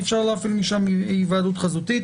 אי אפשר להפעיל משם היוועדות חזותית.